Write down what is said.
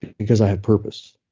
because i have purpose.